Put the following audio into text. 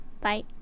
bye